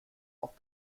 auf